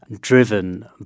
driven